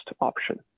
option